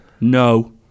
no